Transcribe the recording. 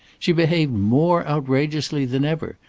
she behaved more outrageously than ever.